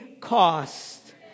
cost